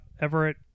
Everett